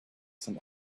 some